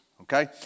okay